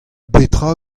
betra